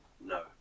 No